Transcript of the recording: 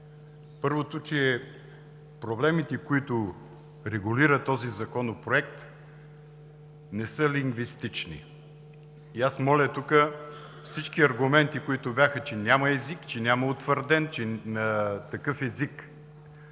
Първото, че проблемите, които регулира този Законопроект, не са лингвистични. Моля тук всички аргументи, които бяха, че няма утвърден такъв език,